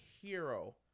hero